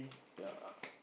ya